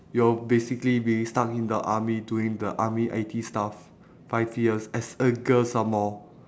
you'll basically be stuck in the army doing the army I_T stuff five years as a girl some more